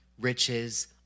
riches